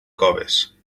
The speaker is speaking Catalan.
coves